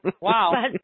Wow